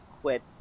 quit